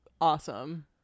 awesome